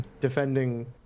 defending